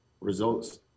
results